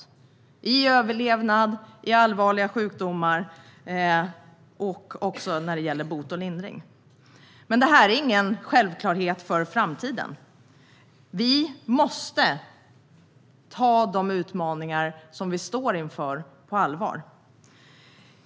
Det gäller överlevnad, allvarliga sjukdomar och även bot och lindring. Men det här är ingen självklarhet för framtiden. Vi måste ta de utmaningar som vi står inför på allvar.